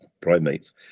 primates